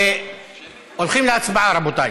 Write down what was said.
הולכים להצבעה, רבותיי.